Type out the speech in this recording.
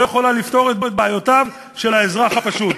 לא יכולה לפתור את בעיותיו של האזרח הפשוט.